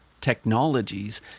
Technologies